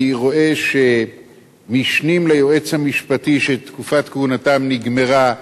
אני רואה שמִשְנים ליועץ המשפטי שתקופת כהונתם נגמרה,